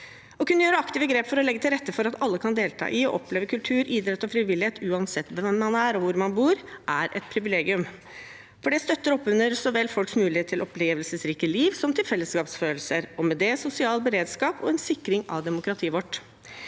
Å kunne gjøre aktive grep for å legge til rette for at alle kan delta i og oppleve kultur, idrett og frivillighet uansett hvem man er, og hvor man bor, er et privilegium. Det støtter opp under så vel folks mulighet til et opplevelsesrikt liv som til fellesskapsfølelse, og med det sosial beredskap og en sikring av demokratiet vårt.